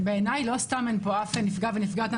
בעיניי לא סתם אין פה אף ונפגע ונפגעת,